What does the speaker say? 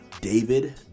david